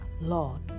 Lord